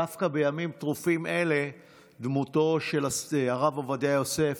דווקא בימים טרופים אלה דמותו של הרב עובדיה יוסף,